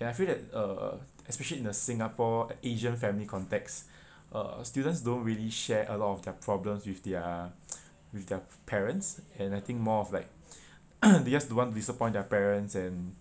and I feel that uh especially in the singapore asian family context uh students don't really share a lot of their problems with their with their parents and I think more of like they just don't want to disappoint their parents and